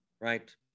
right